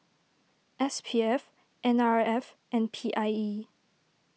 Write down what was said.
S P F N R F and P I E